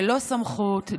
ללא סמכות,